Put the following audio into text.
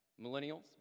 Millennials